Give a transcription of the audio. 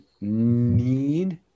need